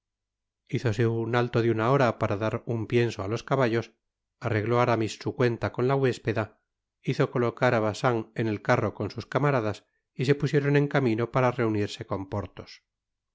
hizose un alto de una hora para dar un pienso á los caballos arregló aramis su cuenta con la huéspeda hizo colocar á bacin en el carro con sus camaradas y se pusieron en camino para reunirse con porthos